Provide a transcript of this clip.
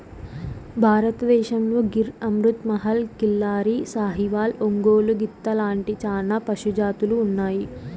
భారతదేశంలో గిర్, అమృత్ మహల్, కిల్లారి, సాహివాల్, ఒంగోలు గిత్త లాంటి చానా పశు జాతులు ఉన్నాయి